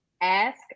ask